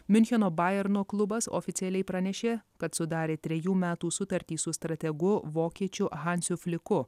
miuncheno bajerno klubas oficialiai pranešė kad sudarė trejų metų sutartį su strategu vokiečiu hansiu fliku